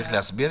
צריך להסביר?